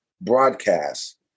broadcast